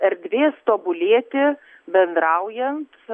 erdvės tobulėti bendraujant